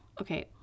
Okay